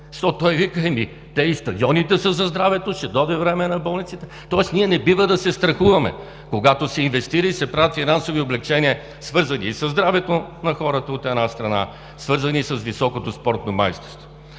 щото той вика, че то и стадионите са за здравето. Ще дойде време на болниците. Тоест, ние не бива да се страхуваме, когато се инвестира и се правят финансови облекчения, свързани и със здравето на хората, от една страна, свързани с високото спортно майсторство.